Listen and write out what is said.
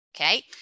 Okay